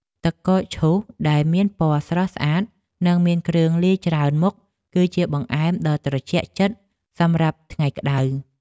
ទឹកកកឈូសដែលមានពណ៌ស្រស់ស្អាតនិងមានគ្រឿងលាយច្រើនមុខគឺជាបង្អែមដ៏ត្រជាក់ចិត្តសម្រាប់ថ្ងៃក្តៅ។